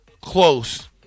close